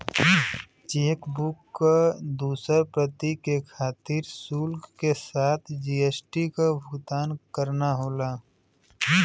chequebook क दूसर प्रति के खातिर शुल्क के साथ जी.एस.टी क भुगतान करना होला